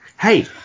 Hey